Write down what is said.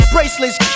Bracelets